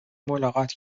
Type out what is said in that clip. ملاقات